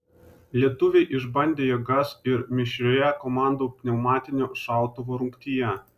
lietuviai išbandė jėgas ir mišrioje komandų pneumatinio šautuvo rungtyje